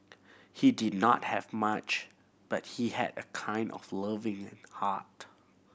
he did not have much but he had a kind of loving heart